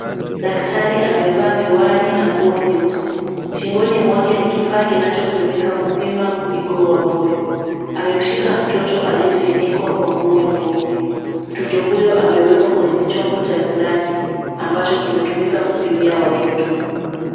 Daktari amevaa miwani na nguo nyeusi. Shingoni mwake ni kifaa kinachopimika kupima mpigo wa moyo. Amemshika mtoto aliyefinikwa kwa nguo nyeupe. Mtoto huyo amewekwa kwenye chombo cha glasi ambacho kinatumika kupimia watoto.